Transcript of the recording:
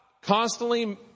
Constantly